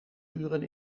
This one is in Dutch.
uren